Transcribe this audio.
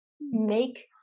make